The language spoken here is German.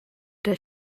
der